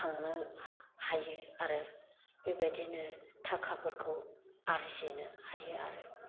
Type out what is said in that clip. खांनो हायो आरो बेबायदिनो थाखाफोरखौ आर्जिनो हायो आरो